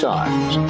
Times